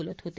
बोलत होत